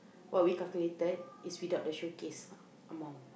what we calculated is without the showcase amount